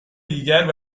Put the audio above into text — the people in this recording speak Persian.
دیگر